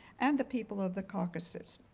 and the people of the caucases.